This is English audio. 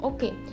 Okay